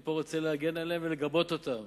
כאן אני רוצה להגן עליהם ולגבות אותם